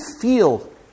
feel